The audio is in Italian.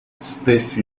stessi